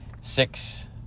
six